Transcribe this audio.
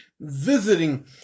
visiting